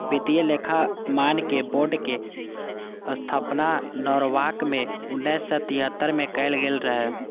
वित्तीय लेखा मानक बोर्ड के स्थापना नॉरवॉक मे उन्नैस सय तिहत्तर मे कैल गेल रहै